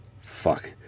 Fuck